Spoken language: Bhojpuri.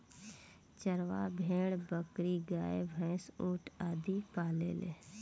चरवाह भेड़, बकरी, गाय, भैन्स, ऊंट आदि पालेले